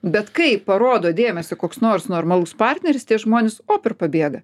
bet kai parodo dėmesį koks nors normalus partneris tie žmonės op ir pabėga